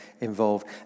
involved